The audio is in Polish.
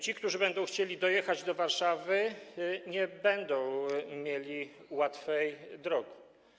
Ci, którzy będą chcieli dojechać do Warszawy, nie będą mieli łatwej drogi.